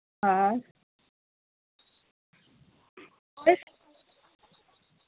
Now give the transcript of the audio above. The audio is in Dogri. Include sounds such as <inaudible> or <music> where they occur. हां <unintelligible>